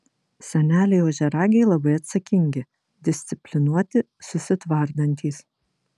seneliai ožiaragiai labai atsakingi disciplinuoti susitvardantys